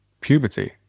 puberty